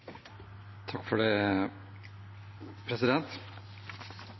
Takk for